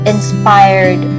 inspired